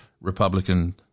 republican